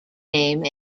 name